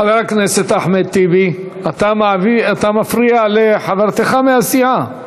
חבר הכנסת אחמד טיבי, אתה מפריע לחברתך מהסיעה.